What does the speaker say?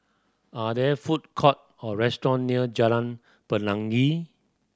are there food court or restaurant near Jalan Pelangi